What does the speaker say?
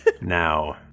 Now